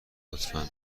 لطفا